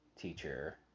teacher